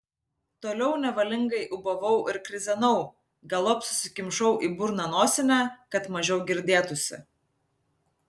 toliau nevalingai ūbavau ir krizenau galop susikimšau į burną nosinę kad mažiau girdėtųsi